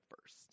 first